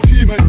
Team